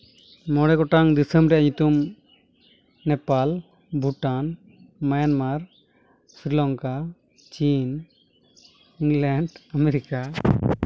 ᱢᱚᱬᱮ ᱜᱚᱴᱟᱝ ᱫᱤᱥᱚᱢ ᱨᱮᱭᱟᱜ ᱧᱩᱛᱩᱢ ᱱᱮᱯᱟᱞ ᱵᱷᱩᱴᱟᱱ ᱢᱟᱭᱟᱱᱢᱟᱨ ᱥᱨᱤᱞᱚᱝᱠᱟ ᱪᱤᱱ ᱤᱝᱞᱮᱱᱰ ᱟᱢᱮᱨᱤᱠᱟ